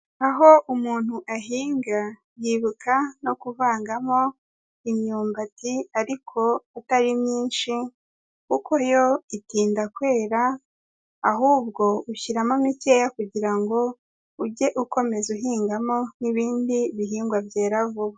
Aho umuntu ahinga yibuka no kuvangamo imyumbati ariko atari myinshi kuko yo itinda kwera, ahubwo ushyiramo mikeya kugira ngo ujye ukomeza uhingamo nk'ibindi bihingwa byera vuba.